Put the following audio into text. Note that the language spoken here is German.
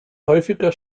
häufiger